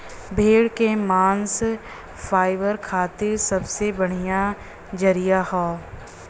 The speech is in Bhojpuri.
भेड़ क मांस फाइबर खातिर सबसे बढ़िया जरिया हौ